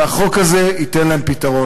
והחוק הזה ייתן להם פתרון.